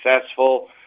successful –